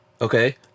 okay